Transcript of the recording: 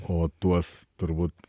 o tuos turbūt